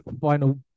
final